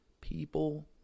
people